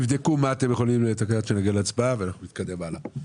תבדקו מה אתם יכולים לתקן עד שנגיע להצבעה ואנחנו נתקדם הלאה.